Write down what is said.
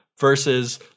versus